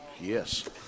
Yes